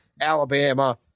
Alabama